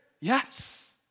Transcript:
Yes